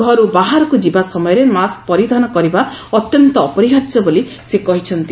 ଘରୁ ବାହାରକୁ ଯିବା ସମୟରେ ମାସ୍କ ପରିଧାନ କରିବା ଅତ୍ୟନ୍ତ ଅପରିହାର୍ଯ୍ୟ ବୋଲି ସେ କହିଛନ୍ତି